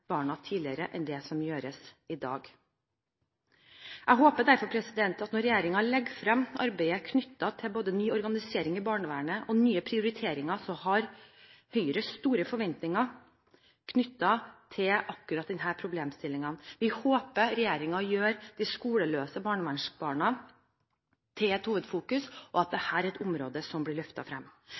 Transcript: barna tidligere enn det som gjøres i dag. Når regjeringen legger frem arbeidet knyttet til både ny organisering i barnevernet og nye prioriteringer, har Høyre store forventninger knyttet til akkurat denne problemstillingen. Vi håper regjeringen gjør de skoleløse barnevernsbarna til et hovedfokus, og at dette er et område som blir løftet frem.